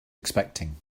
expecting